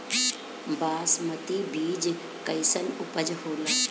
बासमती बीज कईसन उपज होला?